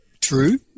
True